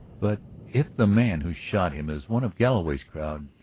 but if the man who shot him is one of galloway's crowd,